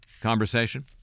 conversation